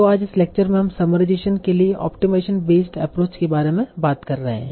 तो आज इस लेक्चर में हम समराइजेशन के लिए ऑप्टिमाइजेशन बेस्ड एप्रोच के बारे में बात कर रहे हैं